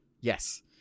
Yes